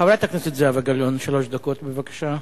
חברת הכנסת זהבה גלאון, שלוש דקות בבקשה.